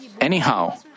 Anyhow